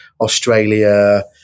Australia